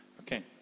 Okay